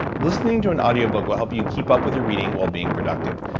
listening to an audio book will help you keep up with your reading while being productive.